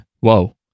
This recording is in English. Whoa